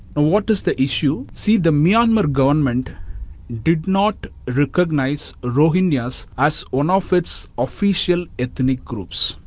and what is the issue? see, the myanmar government did not recognize rohingyas as one of its official ethnic groups.